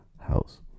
house